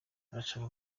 arashaka